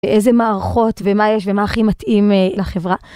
ואיזה מערכות ומה יש ומה הכי מתאים לחברה.